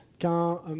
Quand